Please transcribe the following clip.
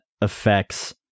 affects